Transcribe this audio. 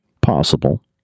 Possible